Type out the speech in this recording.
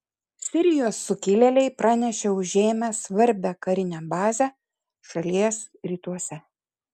sirijos sukilėliai pranešė užėmę svarbią karinę bazę šalies rytuose